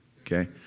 okay